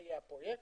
חיי הפרויקט,